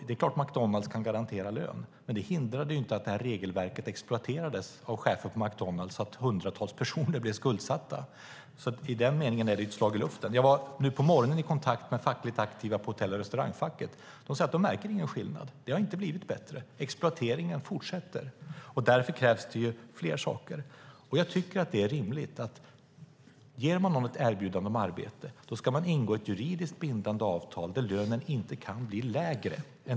Det är klart att McDonalds kan garantera lön, men det hindrade inte att regelverket exploaterades av chefen för McDonalds så att hundratals personer blev skuldsatta. I den meningen är det ett slag i luften. Nu på morgonen har jag varit i kontakt med fackligt aktiva på Hotell och Restaurangfacket. De säger att de inte märker någon skillnad. Det har inte blivit bättre. Exploateringen fortsätter. Därför krävs det mer. Om man ger någon ett erbjudande om arbete ska man ingå ett juridiskt bindande avtal om lönen som då inte kan bli lägre.